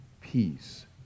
peace